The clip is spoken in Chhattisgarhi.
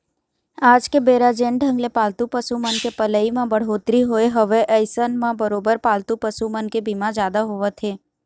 आज के बेरा जेन ढंग ले पालतू पसु मन के पलई म बड़होत्तरी होय हवय अइसन म बरोबर पालतू पसु मन के बीमा जादा होवत हे